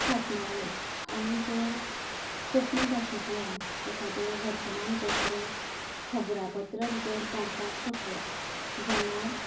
छापणावळ आमी जर कोंकणी भाशेंतल्यान एखादें वर्तमानपत्र खबरापत्र जर काडपाक शकत जाल्यार